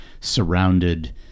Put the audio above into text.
surrounded